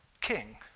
King